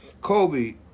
Kobe